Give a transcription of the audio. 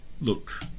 look